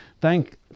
thank